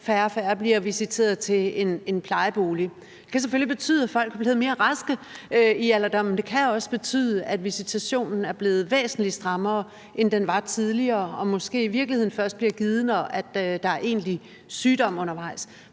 færre og færre bliver visiteret til en plejebolig. Det kan selvfølgelig betyde, at folk er blevet mere raske i alderdommen; det kan også betyde, at visitationen er blevet væsentlig strammere, end den var tidligere, og måske i virkeligheden først bliver givet, når der er egentlig sygdom undervejs.